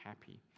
happy